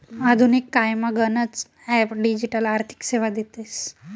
आधुनिक कायमा गनच ॲप डिजिटल आर्थिक सेवा देतीस